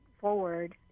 Forward